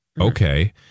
Okay